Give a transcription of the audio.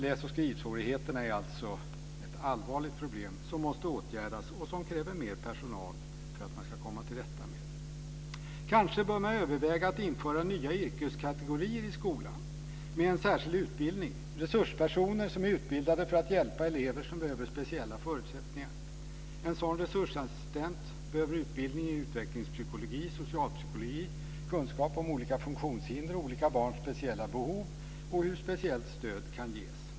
Läs och skrivsvårigheterna är alltså ett allvarligt problem som måste åtgärdas och som kräver mer personal för att man ska komma till rätta med det. Kanske bör man överväga att införa nya yrkeskategorier i skolan med en särskild utbildning - resurspersoner som är utbildade för att hjälpa elever som behöver speciella förutsättningar. En sådan resursassistent behöver utbildning i utvecklingspsykologi, socialpsykologi, kunskap om olika funktionshinder och olika barns speciella behov och i hur speciellt stöd kan ges.